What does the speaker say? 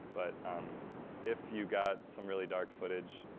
but um if you got some really dark footage,